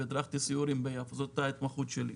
והדרכתי סיורים זאת ההתמחות שלי.